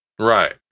Right